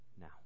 now